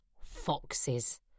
Foxes